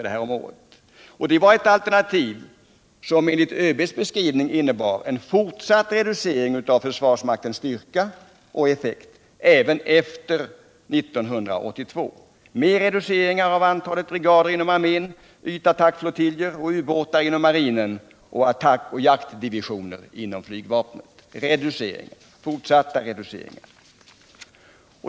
Det alternativet innebar enligt ÖB:s beskrivning en fortsatt reducering av försvarsmaktens styrka och effekt även efter 1982 — reduceringar av antalet brigader inom armén, ytattackflottiljer och u-båtar inom marinen samt attack och jaktdivisioner inom flygvapnet. Reduceringar, fortsatta reduceringar.